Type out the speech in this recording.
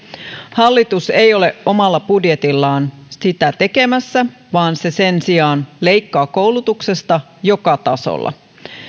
hallitus ei ole omalla budjetillaan sitä tekemässä vaan se sen sijaan leikkaa koulutuksesta joka tasolla